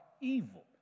evil